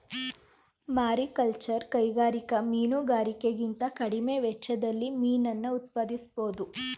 mariculture ಕೈಗಾರಿಕಾ ಮೀನುಗಾರಿಕೆಗಿಂತ ಕಡಿಮೆ ವೆಚ್ಚದಲ್ಲಿ ಮೀನನ್ನ ಉತ್ಪಾದಿಸ್ಬೋಧು